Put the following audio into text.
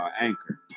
Anchor